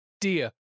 dear